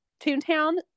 Toontown